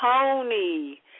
Tony